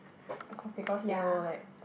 because it will like